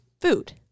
food